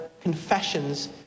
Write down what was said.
confessions